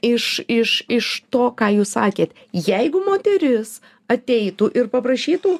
iš iš iš to ką jūs sakėt jeigu moteris ateitų ir paprašytų